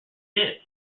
did